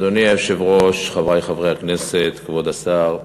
אדוני היושב-ראש, חברי חברי הכנסת, כבוד השר,